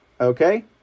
okay